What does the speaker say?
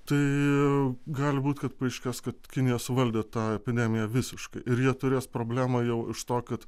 tai gali būt kad paaiškės kad kinija suvaldė tą epidemiją visiškai ir jie turės problemą jau iš to kad